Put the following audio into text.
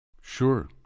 Sure